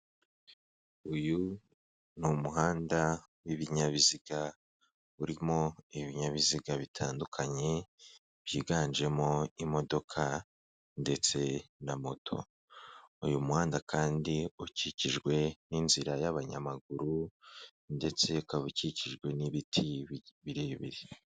Uyu ni umuhanda w'ibinyabiziga, urimo ibinyabiziga bitandukanye, byiganjemo imodoka ndetse na moto. Uyu muhanda kandi ukikijwe n'inzira y'abanyamaguru ndetse ukaba ukikijwe n'ibiti birebire.